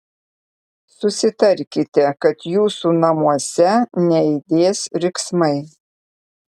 susitarkite kad jūsų namuose neaidės riksmai